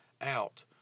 out